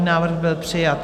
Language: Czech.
Návrh byl přijat.